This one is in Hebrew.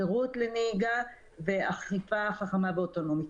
שירות לנהיגה ואכיפה חכמה ואוטומטית.